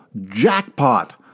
Jackpot